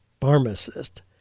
pharmacist